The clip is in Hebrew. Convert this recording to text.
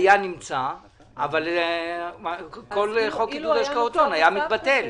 היה נמצא וכל חוק עידוד השקעות הון היה מתבטל.